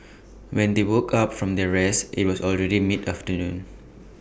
when they woke up from their rest IT was already mid afternoon